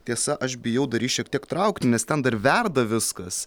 tiesa aš bijau dar jį šiek tiek traukti nes ten dar verda viskas